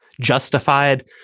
justified